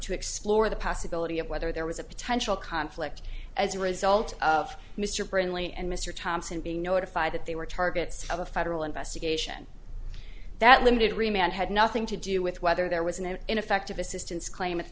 to explore the possibility of whether there was a potential conflict as a result of mr brindley and mr thompson being notified that they were targets of a federal investigation that limited remained had nothing to do with whether there was an ineffective assistance claim